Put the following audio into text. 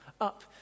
up